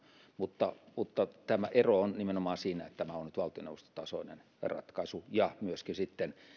mutta mutta ero on nimenomaan siinä että tämä on nyt valtioneuvostotasoinen ratkaisu ja myöskin sitten